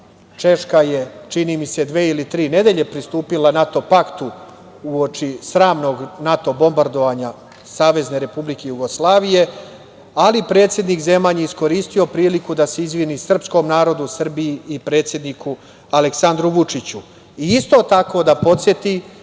pakt. Češka je, čini mi se, dve ili tri nedelje pristupila NATO paktu uoči sramnog NATO bombardovanja Savezne Republike Jugoslavije, ali predsednik Zeman je iskoristio priliku da se izvini srpskom narodu, Srbiji i predsedniku Aleksandru Vučiću, i isto tako da podseti